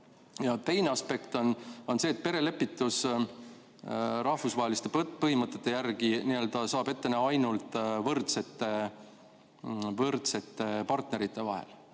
Teine aspekt on see, et perelepitust rahvusvaheliste põhimõtete järgi saab ette näha ainult võrdsete partnerite vahel.